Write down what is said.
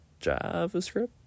javascript